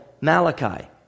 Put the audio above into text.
Malachi